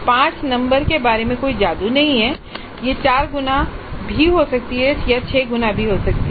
पांच नंबर के बारे में कोई जादू नहीं है यह चार गुना हो सकता है यह छह गुना हो सकता है